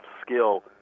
skill